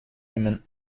immen